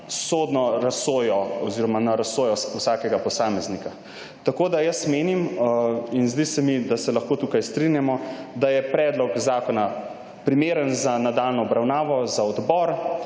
sodno razsojo oziroma na razsojo vsakega posameznika. Tako da jaz menim in zdi se mi, da se lahko tukaj strinjamo, da je predlog zakona primeren za nadaljnjo obravnavo, za odbor,